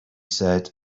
said